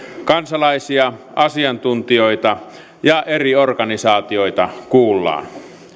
kansalaisia asiantuntijoita ja eri organisaatioita kuullaan